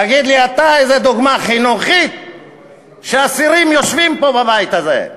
תגיד לי אתה איזו דוגמה חינוכית זו שאסירים לשעבר יושבים פה בבית הזה,